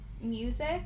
music